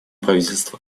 правительство